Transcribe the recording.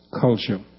culture